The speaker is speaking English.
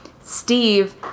Steve